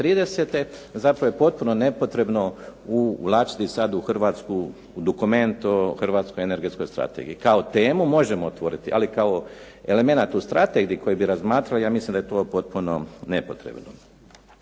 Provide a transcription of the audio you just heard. zapravo je potpuno nepotrebno uvlačiti sad u dokument o hrvatskoj energetskoj strategiji. Kao temu možemo otvoriti, ali kao element u strategiji koji bi razmatrali ja mislim da je to potpuno nepotrebno.